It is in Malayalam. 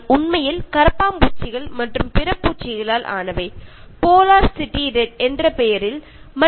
അത് ശരിക്കും പാറ്റകൾ മറ്റു ചെറു ജീവികൾ എന്നിവയിൽ നിന്നും ഉണ്ടാക്കിയതാണ്